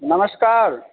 नमस्कार